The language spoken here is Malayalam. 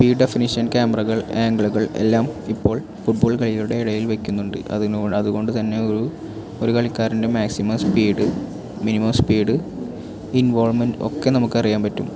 ഡെഫിനിഷൻ ക്യാമറകൾ അംഗിളുകൾ എല്ലാം ഇപ്പോൾ ഫുട് ബോൾ കളികളുടെ ഇടയിൽ വെക്കുന്നുണ്ട് അതിനു അതുകൊണ്ടുതന്നെയൊരു ഒരു കളിക്കാരന്റെ maximum speed minimum speed involvement ഒക്കെ നമുക്കറിയാൻ പറ്റും